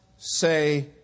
Say